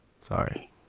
Sorry